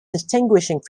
distinguishing